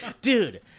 Dude